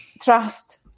Trust